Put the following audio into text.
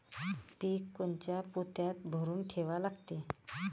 पीक कोनच्या पोत्यात भरून ठेवा लागते?